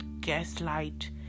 gaslight